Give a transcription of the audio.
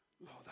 Lord